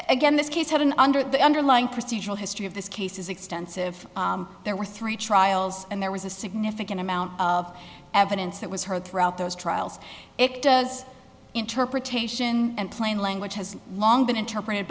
again this case had an under the underlying procedural history of this case is extensive there were three trials and there was a significant amount of evidence that was heard throughout those trials it does interpretation and plain language has long been interpreted